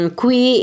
qui